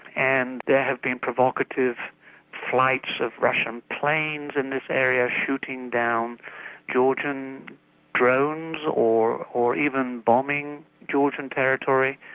and there have been provocative flights of russian planes in this area, shooting down georgian drones, or or even bombing georgian territory,